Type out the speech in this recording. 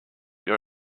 your